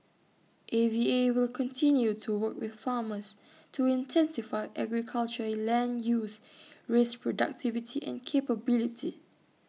A V A will continue to work with farmers to intensify agriculture land use raise productivity and capability